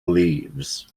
leaves